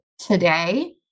today